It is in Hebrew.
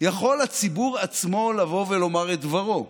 יכול הציבור עצמו לבוא ולומר את דברו.